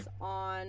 on